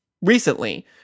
recently